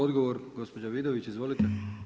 Odgovor gospođa Vidović, izvolite.